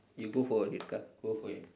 you go for it ka go for it